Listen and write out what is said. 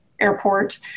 airport